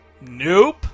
Nope